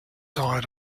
died